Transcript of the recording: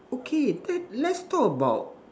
okay let let's talk about